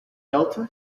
delta